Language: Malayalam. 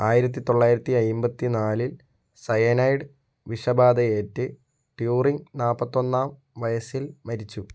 ആയിരത്തിത്തൊള്ളായിരത്തി അമ്പത്തിനാലിൽ സയനൈഡ് വിഷബാധയേറ്റ് ട്യൂറിംഗ് നാൽപ്പത്തൊന്നാം വയസ്സിൽ മരിച്ചു